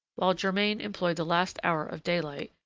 while germain employed the last hour of daylight,